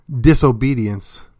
disobedience